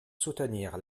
soutenir